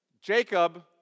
Jacob